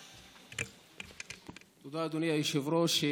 תודה, אדוני היושב-ראש.